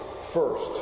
first